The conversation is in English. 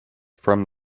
from